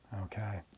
Okay